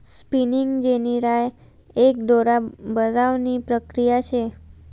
spinning जेनी राय एक दोरा बजावणी प्रक्रिया शे